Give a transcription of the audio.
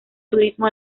turismo